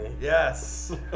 Yes